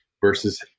versus